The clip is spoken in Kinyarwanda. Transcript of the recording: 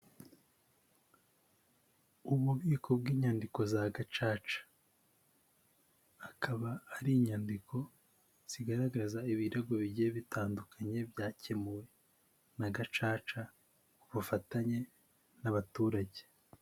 Ububiko bw'inyandiko za gacaca. Hakabahari inyandiko zigaragaza ibirego bigiye bitandukanye byakemuwe na gacaca ku bufatanye n'abaturage.